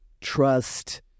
trust